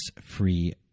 free